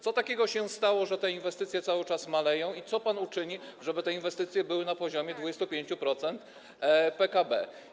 Co takiego się stało, że te inwestycje cały czas maleją i co pan uczyni, żeby inwestycje były na poziomie 25% PKB?